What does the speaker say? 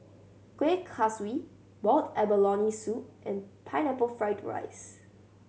Kuih Kaswi boiled abalone soup and Pineapple Fried rice